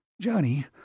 Johnny